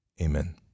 Amen